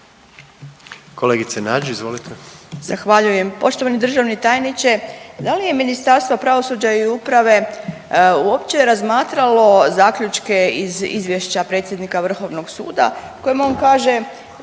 Kolegice Nađ, izvolite.